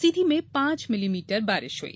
सीधी में पांच मिलीमीटर बारिश हुई